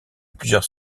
plusieurs